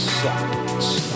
sucks